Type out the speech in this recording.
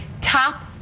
top